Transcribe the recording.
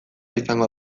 izango